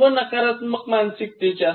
व नकारात्मक मनाचे असतात